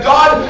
God